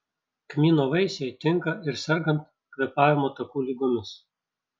kmyno vaisiai tinka ir sergant kvėpavimo takų ligomis